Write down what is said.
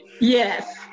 Yes